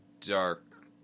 dark